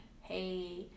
hey